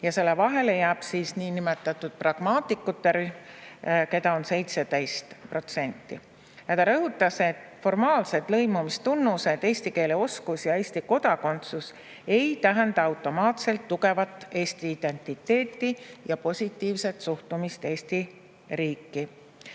ja nende vahele jääb niinimetatud pragmaatikute rühm, keda on 17%. Ta rõhutas, et formaalsed lõimumistunnused – eesti keele oskus ja Eesti kodakondsus – ei tähenda automaatselt tugevat Eesti identiteeti ja positiivset suhtumist Eesti riiki.